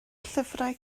llyfrau